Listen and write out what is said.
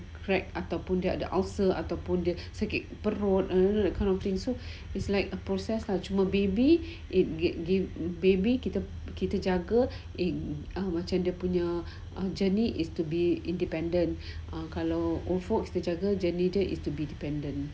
crack ataupun ulcer ataupun sakit perut I don't know that kind of thing so it's like a process ah cuma baby it get get baby kita kita jaga macam dia punya journey is to be independent ah kalau old folks kita jaga needed is to be dependent